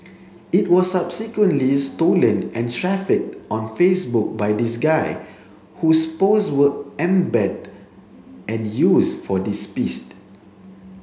it was subsequently stolen and trafficked on Facebook by this guy whose post were embedded and used for this piece